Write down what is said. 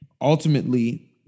Ultimately